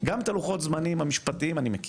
גם את הלוחות זמנים המשפטיים אני מכיר.